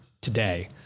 today